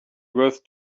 worth